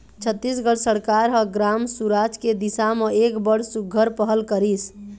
छत्तीसगढ़ सरकार ह ग्राम सुराज के दिसा म एक बड़ सुग्घर पहल करिस